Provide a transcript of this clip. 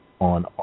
on